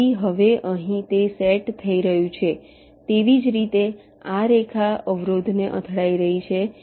તેથી હવે અહીં તે સેટ થઈ રહ્યું છે તેવી જ રીતે આ રેખા અવરોધને અથડાઇ રહી છે